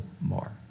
more